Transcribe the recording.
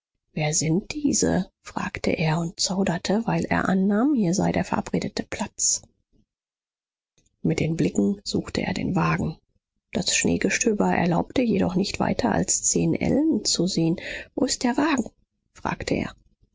wer sind diese fragte er und zauderte weil er annahm hier sei der verabredete platz mit den blicken suchte er den wagen das schneegestöber erlaubte jedoch nicht weiter als zehn ellen zu sehen wo ist der wagen fragte er